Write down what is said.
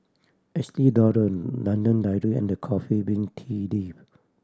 Estee Lauder London Dairy and The Coffee Bean Tea Leaf